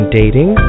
dating